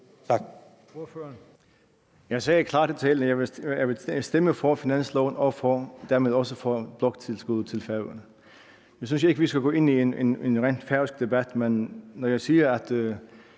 Jeg sagde klart i talen, at jeg vil stemme for finansloven og dermed også for bloktilskuddet til Færøerne. Nu synes jeg ikke, at vi skal gå ind i en rent færøsk debat. Men når jeg siger, at